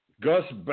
Gus